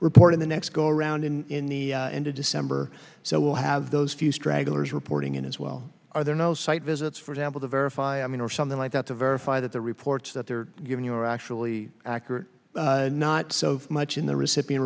report in the next go around in the end of december so we'll have those few stragglers reporting in as well are there no site visits for example to verify i mean or something like that to verify that the reports that they're giving you are actually accurate not so much in the recipient